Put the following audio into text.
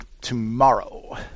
tomorrow